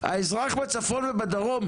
האזרח בצפון ובדרום,